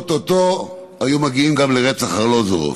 או-טו-טו היו מגיעים גם לרצח ארלוזורוב.